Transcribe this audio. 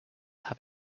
have